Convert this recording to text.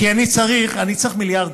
אני צריך, אני צריך מיליארדים,